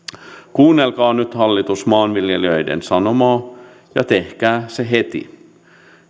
kuunnelkaa nyt hallitus maanviljelijöiden sanomaa ja tehkää se heti